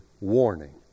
warning